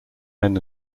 hen